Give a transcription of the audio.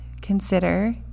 consider